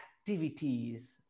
activities